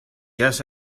guess